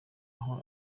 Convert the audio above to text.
aho